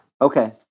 Okay